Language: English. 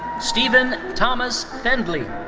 steven thomas fendley.